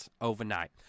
overnight